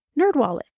NerdWallet